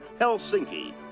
Helsinki